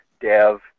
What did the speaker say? dev